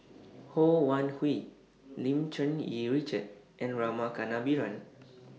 Ho Wan Hui Lim Cherng Yih Richard and Rama Kannabiran